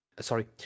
Sorry